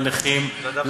לנכים,